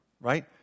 right